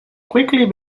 quickly